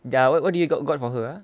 there are what what do you got got for her